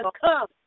come